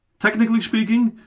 technically speaking,